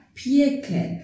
piekę